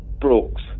Brooks